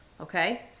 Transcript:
okay